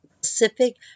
Pacific